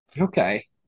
Okay